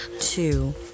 two